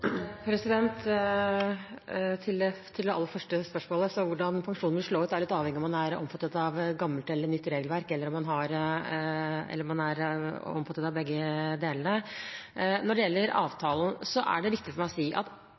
Til det aller første spørsmålet: Hvordan pensjonen vil slå ut, er litt avhengig av om man er omfattet av gammelt eller nytt regelverk, eller om man er omfattet av begge. Når det gjelder avtalen, er det viktig for meg å si at